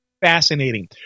fascinating